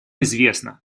известно